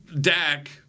Dak